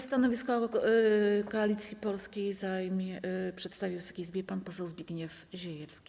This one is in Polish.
Stanowisko Koalicji Polskiej przedstawi Wysokiej Izbie pan poseł Zbigniew Ziejewski.